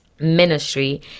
ministry